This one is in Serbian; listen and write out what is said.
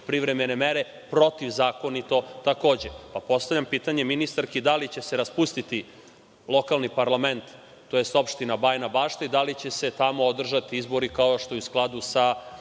privremene mere, protivzakonito takođe. Postavljam pitanje ministarki, da li će se raspustiti lokalni parlament, tj. opština Bajina Bašta, i da li će se tamo održati izbori kao što je u skladu sa